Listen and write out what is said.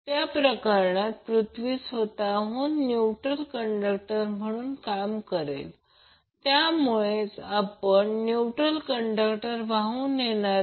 तर या प्रकरणात करंट येथे आहे तो Ic आहे हा करंट Ic आहे वॅटमीटर येथे ठेवला आहे